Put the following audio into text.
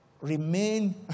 remain